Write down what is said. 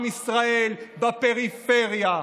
עם ישראל בפריפריה,